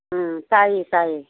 ꯎꯝ ꯇꯥꯏꯌꯦ ꯇꯥꯏꯌꯦ